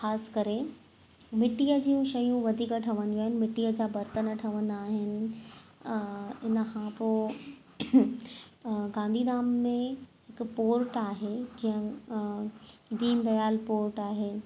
ख़ासि करे मिट्टीअ जूं शयूं वधीक ठहंदियूं आहिनि मिट्टीअ जा बरतन ठहंदा आहिनि हिन खां पोइ गांधीधाम में हिकु पोर्ट आहे जंहिं दिनदयाल पोर्ट आहे